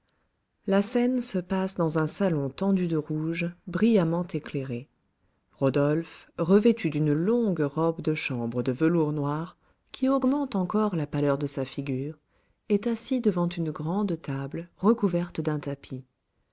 la scène se passe dans un salon tendu de rouge brillamment éclairé rodolphe revêtu d'une longue robe de chambre de velours noir qui augmente encore la pâleur de sa figure est assis devant une grande table recouverte d'un tapis